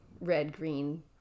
red-green